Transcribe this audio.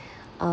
um